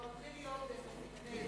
אתה כבר מתחיל להיות מחכמי,